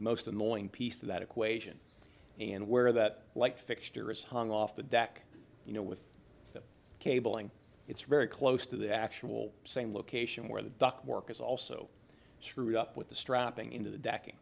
most annoying piece of that equation and where that light fixture is hung off the deck you know with the cable and it's very close to the actual same location where the duct work is also screwed up with the strapping into the deck